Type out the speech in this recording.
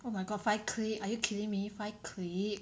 oh my god five click are you kidding me five click